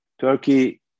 Turkey